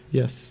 yes